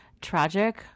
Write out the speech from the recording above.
tragic